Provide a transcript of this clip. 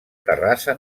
terrassa